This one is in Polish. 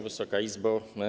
Wysoka Izbo!